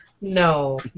No